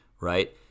right